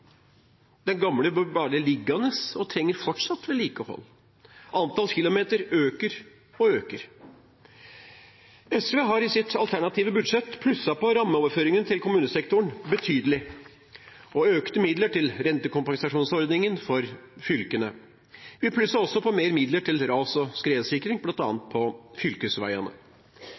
Den gamle blir bare liggende og trenger fortsatt vedlikehold. Antall kilometer øker og øker. SV har i sitt alternative budsjett plusset på rammeoverføringen til kommunesektoren betydelig og økt midlene til rentekompensasjonsordningen for fylkene. Vi plusset også på mer til ras- og skredsikring, bl.a. på fylkesveiene.